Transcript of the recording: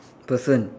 person